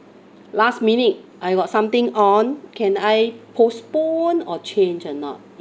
last minute I got something on can I postpone or change or not